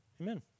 amen